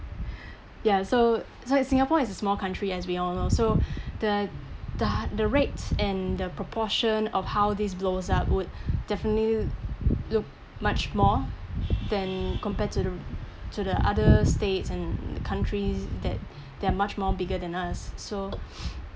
ya so so it singapore is a small country as we all know so the the rates and the proportion of how this blows up would definitely look much more than compared to the to the other states and countries that that are much more bigger than us so